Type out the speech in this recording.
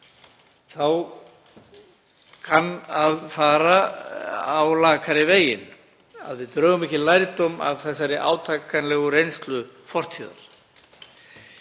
þá kann að fara á lakari veginn; að við drögum ekki lærdóm af þessari átakanlegu reynslu fortíðar.